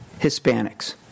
Hispanics